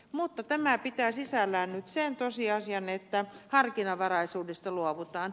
mutta tämä pitää sisällään nyt sen tosiasian että harkinnanvaraisuudesta luovutaan